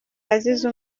azize